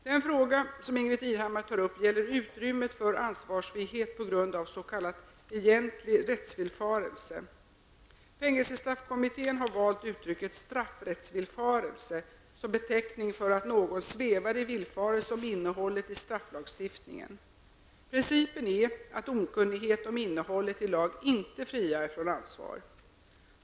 Den fråga som Ingbritt Irhammar tar upp gäller utrymmet för ansvarsfrihet på grund av s.k. egentlig rättsvillfarelse. Fängelsestraffkommittén har valt uttrycket straffrättsvillfarelse som beteckning för att någon svävar i villfarelse om innehållet i strafflagstiftningen. Principen är att okunnighet om innehållet i lag inte friar från ansvar.